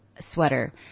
sweater